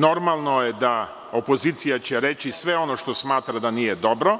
Normalno je da će opozicija reći sve ono za šta smatra da nije dobro,